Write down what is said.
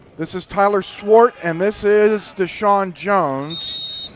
this is tyler swart and this is deshawn jones.